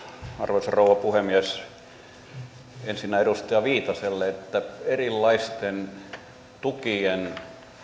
arvoisa rouva puhemies ensin edustaja viitaselle että erilaisten tukien